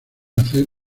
hacer